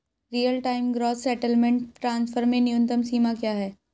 Real time gross settlement transfer में न्यूनतम सीमा क्या है?